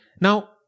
Now